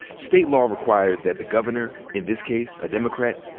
state law requires that the governor, in this case a democrat,